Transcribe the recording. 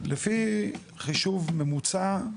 לפי חישוב ממוצע,